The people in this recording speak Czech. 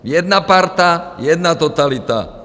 Jedna parta, jedna totalita!